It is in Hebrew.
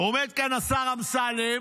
עומד כאן השר אמסלם